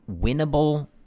winnable